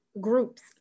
groups